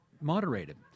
moderated